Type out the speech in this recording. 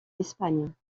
espagne